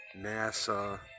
NASA